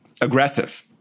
aggressive